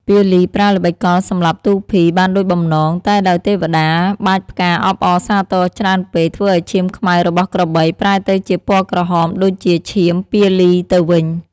ពាលីប្រើល្បិចកលសម្លាប់ទូភីបានដូចបំណង តែដោយទេវតា បាចផ្កាអបអរសាទរច្រើនពេក ធ្វើឱ្យឈាមខ្មៅរបស់ក្របីប្រែទៅជាពណ៌ក្រហម ដូចជាឈាម ពាលីទៅវិញ។